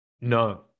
No